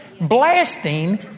Blasting